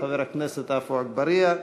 חבר הכנסת עפו אגבאריה,